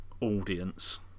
audience